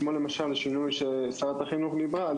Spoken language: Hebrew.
כמו למשל השינוי ששרת החינוך דיברה עליו,